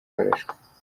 warashwe